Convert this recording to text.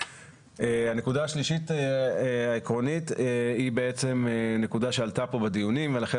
הנקודה השלישית העקרונית היא נקודה שעלתה פה בדיונים ולכן